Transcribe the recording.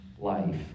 Life